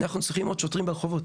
אנחנו צריכים עוד שוטרים ברחובות,